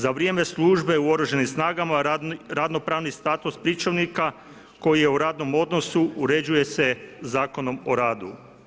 Za vrijeme službe u oružanim snagama radno pravni status pričuvnika koji je u radnom odnosu uređuje se Zakonom o radu.